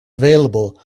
available